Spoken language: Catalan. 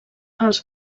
els